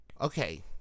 Okay